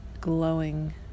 glowing